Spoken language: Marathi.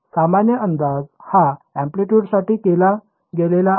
तर सामान्य अंदाज हा अँप्लिटयूडसाठी केला गेलेला आहे